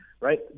right